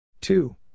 Two